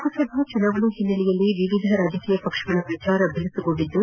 ಲೋಕಸಭಾ ಚುನಾವಣೆ ಹಿನ್ನೆಲೆಯಲ್ಲಿ ವಿವಿಧ ರಾಜಕೀಯ ಪಕ್ಷಗಳ ಪ್ರಚಾರ ಬಿರುಸುಗೊಂಡಿದ್ದು